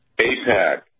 APAC